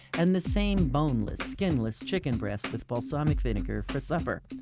and the same boneless, skinless chicken breast with balsamic vinegar for supper.